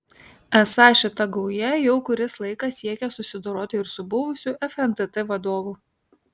esą šita gauja jau kuris laikas siekia susidoroti ir su buvusiu fntt vadovu